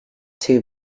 two